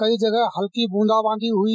कई जगह हल्की बंदाबांदी हुई